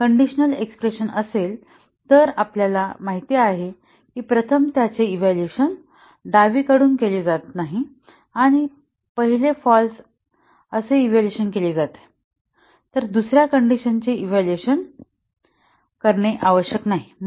conditional expression असेल तर आपल्याला माहित आहे की प्रथम त्याचे इव्हॅल्युएशन डावीकडून केले जात नाही आणि पहिले फाँल्स असे इव्हॅल्युएशन केले जाते तर दुसर्या कण्डिशनचे इव्हॅल्युएशन करणे आवश्यक नाही